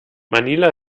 manila